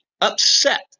Upset